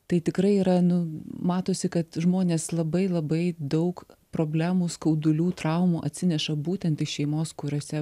tai tikrai yra nu matosi kad žmonės labai labai daug problemų skaudulių traumų atsineša būtent iš šeimos kuriose